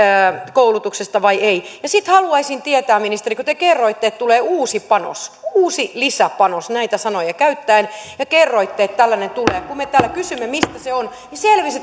koulutuksesta vai ei sitten haluaisin tietää ministeri kun te kerroitte että tulee uusi panos uusi lisäpanos näitä sanoja käyttäen ja kerroitte että tällainen tulee niin kun me täällä kysyimme mistä se on selvisi